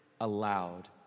allowed